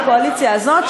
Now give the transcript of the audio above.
בקואליציה הזאת,